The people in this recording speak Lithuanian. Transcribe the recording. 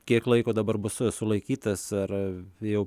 kiek laiko dabar bus sulaikytas ar jau